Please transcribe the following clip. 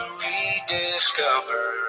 rediscover